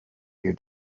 your